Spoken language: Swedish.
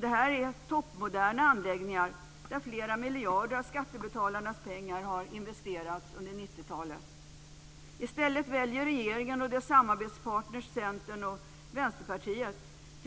Detta är toppmoderna anläggningar där flera miljarder av skattebetalarnas pengar har investerats under 90-talet. I stället väljer regeringen och dess samarbetspartner Centern och till